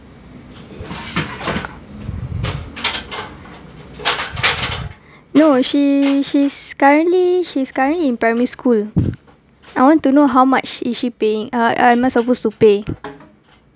no she she's currently she's currently in primary school I want to know how much is she paying uh uh am I supposed to pay